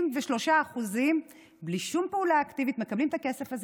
93% בלי שום פעולה אקטיבית מקבלים את הכסף הזה,